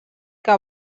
que